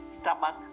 stomach